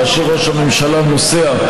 כאשר ראש הממשלה נוסע,